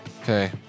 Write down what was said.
Okay